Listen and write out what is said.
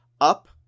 up